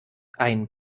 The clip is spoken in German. ein